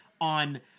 on